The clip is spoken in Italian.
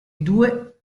due